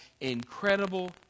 incredible